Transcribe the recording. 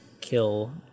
kill